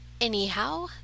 anyhow